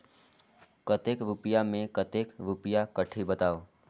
कतेक रुपिया मे कतेक रुपिया कटही बताव?